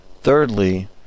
thirdly